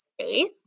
space